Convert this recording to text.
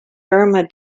burma